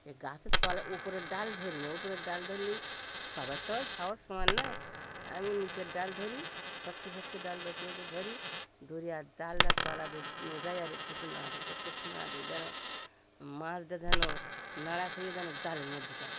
সেই গাছের তলা উপরের ডাল ধরি না উপরের ডাল ধরলেই সবার তো আর সাহস সমান নয় আমি নিচের ডাল ধরি শক্ত শক্ত ডাল বেছে বেছে ধরি ধরি আর জালটা তলা দিয়ে নিয়ে যাই আর একটু একটু নাড়া দিই একটু একটু নাড়া দিই যেন মাছটা যেন নাড়া খেয়ে যেন জালের মধ্যে পড়ে